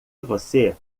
você